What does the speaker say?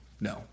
No